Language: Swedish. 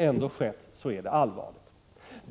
ändå skett är det allvarligt.